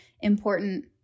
important